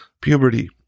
Puberty